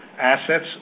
Assets